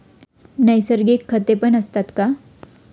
नैसर्गिक खतेपण असतात का?